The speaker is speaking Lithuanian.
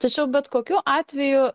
tačiau bet kokiu atveju